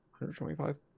125